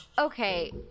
okay